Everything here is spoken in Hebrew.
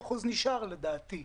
נשאר, לדעתי.